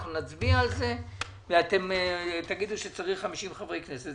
אנחנו נצביע על זה ואתם תגידו שצריך 50 חברי כנסת,